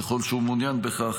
ככל שהוא מעוניין בכך,